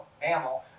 mammal